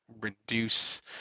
reduce